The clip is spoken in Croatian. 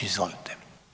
Izvolite.